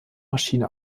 maschine